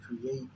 create